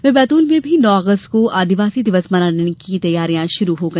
वहीं बैतूल में भी नौ अगस्त को आदिवासी दिवस मनाने की तैयारियां शुरू होगी